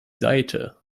seite